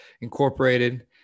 Incorporated